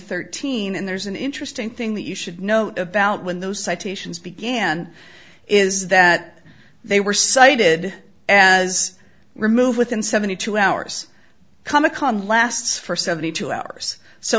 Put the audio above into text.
thirteen and there's an interesting thing that you should know about when those citations began is that they were cited as removed within seventy two hours comic con lasts for seventy two hours so